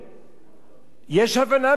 יש הבנה בין הדתות בעניין הזה.